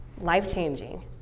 life-changing